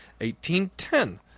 1810